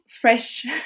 fresh